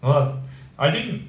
!hanna! I think